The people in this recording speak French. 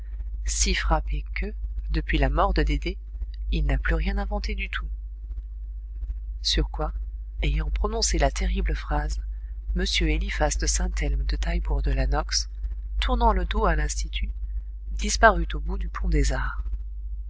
si frappé que depuis la mort de dédé il n'a plus rien inventé du tout sur quoi ayant prononcé la terrible phrase m eliphas de saint-elme de taillebourg de la nox tournant le dos à l'institut disparut au bout du pont des arts